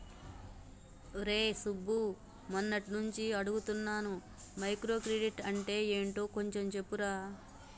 రేయ్ సుబ్బు, మొన్నట్నుంచి అడుగుతున్నాను మైక్రో క్రెడిట్ అంటే యెంటో కొంచెం చెప్పురా